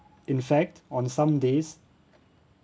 in fact on some days